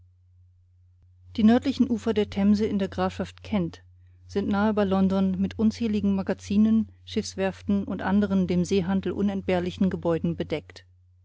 die nördlichen ufer der themse in der grafschaft kent sind nahe bei london mit unzähligen magazinen schiffswerften und anderen dem seehandel unentbehrlichen gebäuden bedeckt